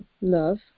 love